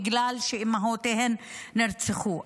בגלל שאימותיהם נרצחו.